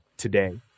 today